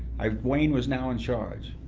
wayne was now in charge.